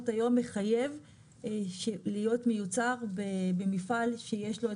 היום מחייב להיות מיוצר במפעל שיש לו,